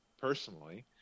personally